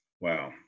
Wow